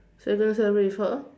second February for